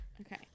Okay